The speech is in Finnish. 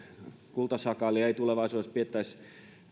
kultasakaalia tulevaisuudessa pidettäisiin